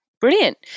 Brilliant